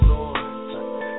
Lord